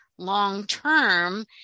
long-term